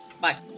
Bye